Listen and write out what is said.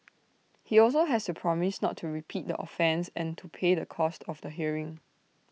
he also has to promise not to repeat the offence and to pay the cost of the hearing